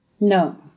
No